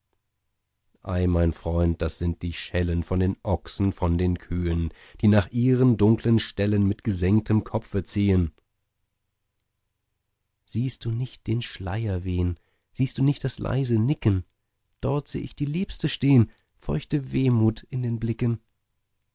ei mein freund das sind die schellen von den ochsen von den kühen die nach ihren dunkeln ställen mit gesenktem kopfe ziehen siehst du nicht den schleier wehen siehst du nicht das leise nicken dort seh ich die liebste stehen feuchte wehmut in den blicken